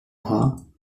bras